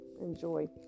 enjoy